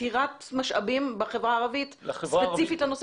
עתירת משאבים בחברה הערבית ספציפית לנושא